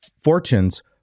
fortunes